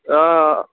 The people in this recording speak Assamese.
অঁ